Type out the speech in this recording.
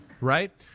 right